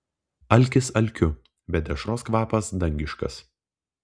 alkis alkiu bet dešros kvapas dangiškas